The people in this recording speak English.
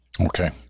Okay